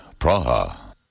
Praha